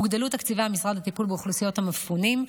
הוגדלו תקציבי המשרד לטיפול באוכלוסיות המפונים,